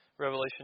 Revelation